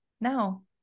No